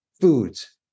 foods